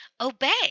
obey